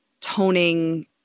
toning